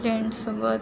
फ्रेंडसोबत